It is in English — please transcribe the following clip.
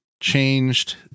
changed